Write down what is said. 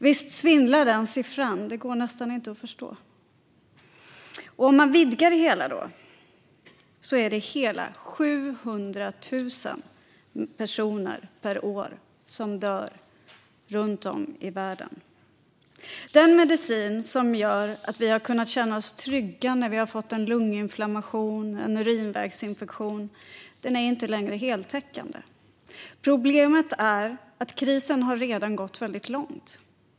Visst svindlar den siffran! Detta går nästan inte att förstå. Man kan vidga det hela: Det är 700 000 personer per år som dör runt om i världen. Den medicin som gjort att vi har kunnat känna oss trygga när vi har fått en lunginflammation eller en urinvägsinfektion är inte längre heltäckande. Problemet är att krisen redan har gått väldigt långt.